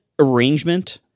arrangement